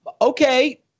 Okay